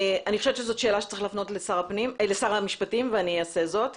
אני חושבת שזאת שאלה שצריך להפנות לשר המשפטים ואני אעשה זאת.